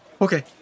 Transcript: okay